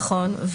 נכון.